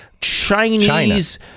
Chinese